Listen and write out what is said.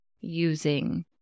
using